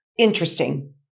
Interesting